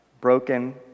broken